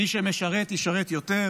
מי שמשרת ישרת יותר,